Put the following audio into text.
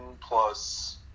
plus